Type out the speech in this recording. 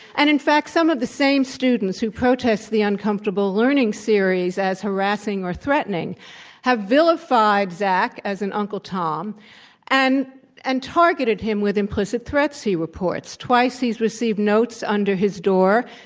and in fact, some of the same students who protest the uncomfortable learning series as harassing or threatening have vilified zach as an uncle tom and and targeted him with implicit threats, he reports. twice, he's received notes under his door